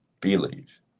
Believe